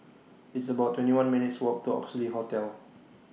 It's about twenty one minutes' Walk to Oxley Hotel